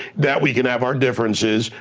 that we can have our differences,